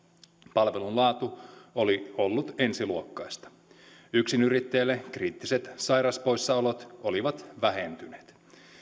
palvelun laatu oli ollut ensiluokkaista yksinyrittäjälle kriittiset sairauspoissaolot olivat vähentyneet